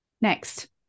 Next